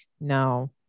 no